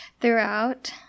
Throughout